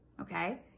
okay